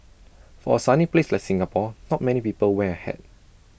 for A sunny place like Singapore not many people wear A hat